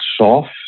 soft